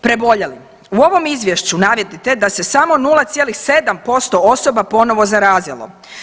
Preboljeli, u ovom izvješću navodite da se samo 0,7% osoba ponovo zarazilo.